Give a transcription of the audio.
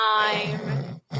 time